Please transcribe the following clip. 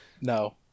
No